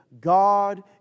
God